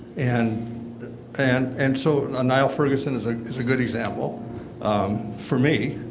and and and so niall ferguson is like is a good example for me.